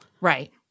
Right